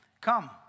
come